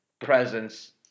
presence